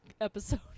episode